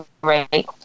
great